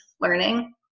learning